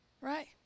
right